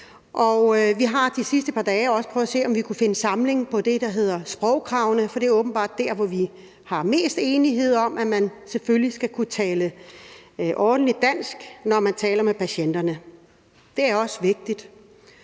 Vi har de sidste par dage prøvet at se, om vi kunne finde samling om det, der hedder sprogkravene, for det er åbenbart der, hvor vi er mest enige, altså om, at man selvfølgelig skal kunne tale ordentligt dansk, når man taler med patienterne. Og det er også vigtigt.